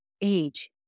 age